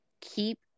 keep